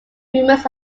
rumors